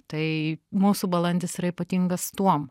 tai mūsų balandis yra ypatingas tuom